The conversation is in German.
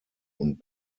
und